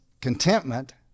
Contentment